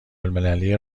المللی